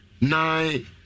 nine